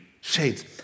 Shades